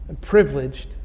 privileged